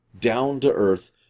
down-to-earth